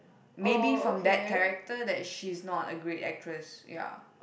maybe from that character that she's not a great actress ya